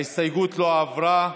ההסתייגות לא עברה.